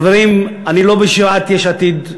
חברים, אני לא בסיעת יש עתיד,